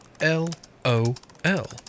L-O-L